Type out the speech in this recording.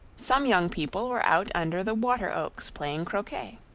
some young people were out under the wateroaks playing croquet.